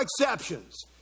exceptions